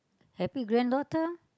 happy granddaughter